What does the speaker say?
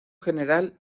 general